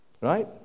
right